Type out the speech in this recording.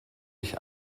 ich